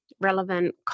relevant